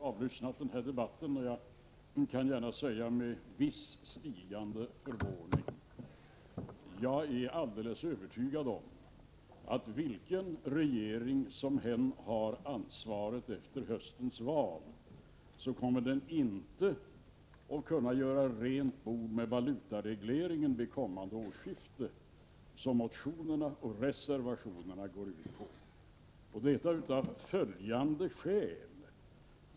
Herr talman! Jag har suttit och lyssnat på denna debatt — jag kan säga att jag har gjort det med stigande förvåning. Jag är alldeles övertygad om att oavsett vilken regering det än blir som har ansvaret efter höstens val, så kommer den inte att kunna göra rent bord med valutaregleringen vid kommande årsskifte, som motionerna och reservationerna går ut på. Så är det av följande skäl.